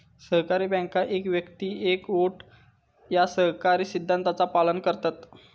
सहकारी बँका एक व्यक्ती एक वोट या सहकारी सिद्धांताचा पालन करतत